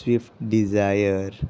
swift desire